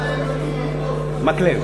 היה להם ממי ללמוד.